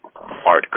art